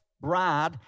bride